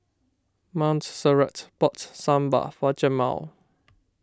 Montserrat bought Sambar for Jamaal